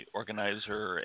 organizer